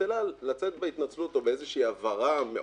אל על לצאת בהתנצלות או בהבהרה מאוד